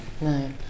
No